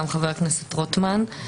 גם חבר הכנסת רוטמן.